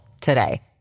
today